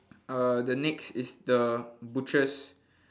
uh the next is the butcher's